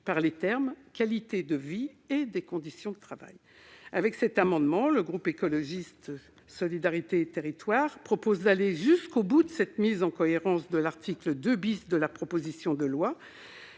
par les termes « qualité de vie et des conditions de travail ». Par cet amendement, le groupe Écologiste-Solidarité et Territoires propose d'aller jusqu'au bout de cette mise en cohérence de l'article 2 de la proposition de loi